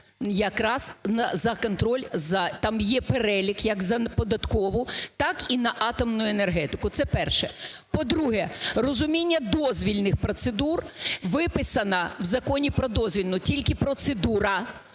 якраз на контроль за… Там є перелік як за податкову, так і на атомну енергетику. Це перше. По-друге, розуміння дозвільних процедур виписана в Законі про дозвільну, тільки процедура,